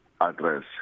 address